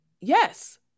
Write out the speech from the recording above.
Yes